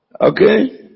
Okay